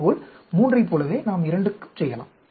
இதேபோல் 3 ஐப் போலவே நாம் 2 க்குச் செய்யலாம்